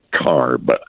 CARB